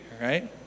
right